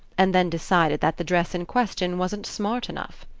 and then decided that the dress in question wasn't smart enough.